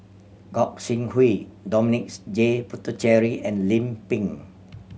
Gog Sing Hooi Dominic J Puthucheary and Lim Pin